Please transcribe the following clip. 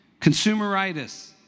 Consumeritis